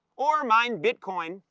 or mine bitcoin,